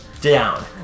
Down